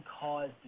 cause